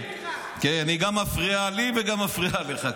כרגיל, היא מפריעה גם לי ומפריעה גם לך.